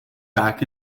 back